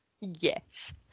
Yes